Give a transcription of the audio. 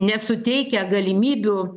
nesuteikia galimybių